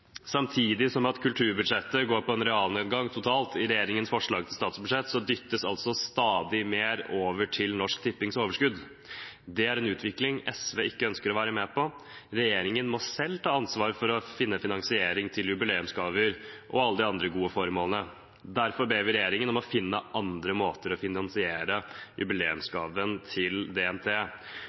Samtidig som at kulturbudsjettet går på en realnedgang totalt i regjeringens forslag til statsbudsjett, dyttes altså stadig mer over til Norsk Tippings overskudd. Det er en utvikling SV ikke ønsker å være med på. Regjeringen må selv ta ansvar for å finne finansiering til jubileumsgaver og alle de andre gode formålene. Derfor ber vi regjeringen om å finne andre måter å finansiere jubileumsgaven til DNT